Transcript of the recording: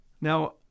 Now